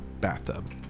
bathtub